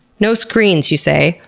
no screens, you say?